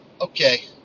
okay